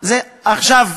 יש הבדל.